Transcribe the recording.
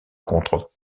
contre